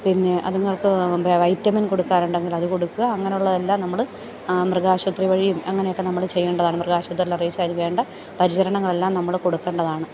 പിന്നെ അതുങ്ങൾക്ക് പിന്നെ വൈറ്റമിൻ കൊടുക്കാറുണ്ടെങ്കിൽ അത് കൊടുക്കുക അങ്ങനെയുള്ള എല്ലാം നമ്മൾ മൃഗാശുപത്രി വഴിയും അങ്ങനെയൊക്കെ നമ്മൾ ചെയ്യേണ്ടതാണ് മൃഗാശുപത്രിയിൽ അറിയിച്ചു അതിന് വേണ്ട പരിചരണങ്ങളെല്ലാം നമ്മൾ കൊടുക്കേണ്ടതാണ്